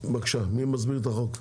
בבקשה, מי מסביר את החוק?